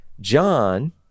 John